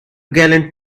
gallant